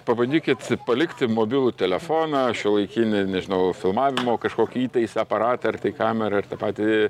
pabandykit palikti mobilų telefoną šiuolaikinį nežinau filmavimo kažkokį įtaisą aparatą ar tai kamerą ir tą patį